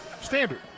Standard